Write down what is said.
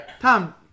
Tom